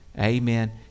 amen